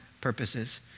purposes